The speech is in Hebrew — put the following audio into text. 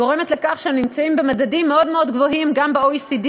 היא גורמת לכך שאנחנו נמצאים במדדים מאוד מאוד גבוהים גם ב-OECD